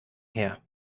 her